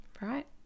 right